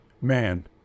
man